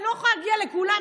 אני לא יכולה להגיע לכולם,